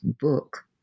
book